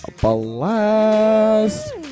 blast